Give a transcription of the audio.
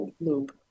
loop